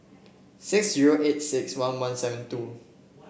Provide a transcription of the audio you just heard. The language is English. six zero eight six one one seven two